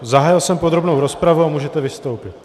Zahájil jsem podrobnou rozpravu a můžete vystoupit.